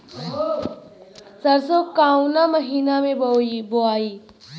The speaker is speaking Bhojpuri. सरसो काउना महीना मे बोआई?